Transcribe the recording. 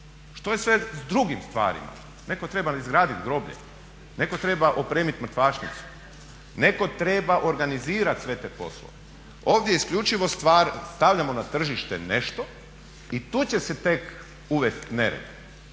Što je s drugim stvarima? Netko treba izgraditi groblje, netko treba opremiti mrtvačnicu, netko treba organizirati sve te poslove. Ovdje je isključivo stvar, stavljamo na tržište nešto i tu će se tek uvesti nered.